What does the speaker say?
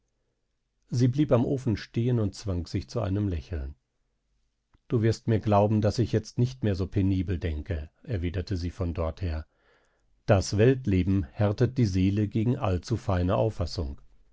sie blieb am ofen stehen und zwang sich zu einem lächeln du wirst mir glauben daß ich jetzt nicht mehr so penibel denke erwiderte sie von dorther das weltleben härtet die seele gegen allzu feine auffassung